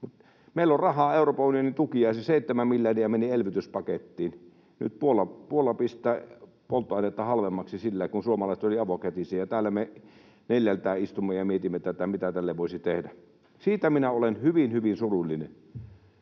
meillä on rahaa, Euroopan unionin tukiaisia. 7 miljardia meni elvytyspakettiin. Nyt Puola pistää polttoaineita halvemmaksi sillä, kun suomalaiset olivat avokätisiä, ja täällä me neljältään istumme ja mietimme tätä, mitä tälle voisi tehdä. Siitä minä olen hyvin, hyvin surullinen.